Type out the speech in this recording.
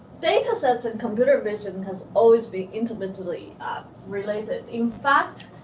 datasets and computer vision has always been intimately related. in fact,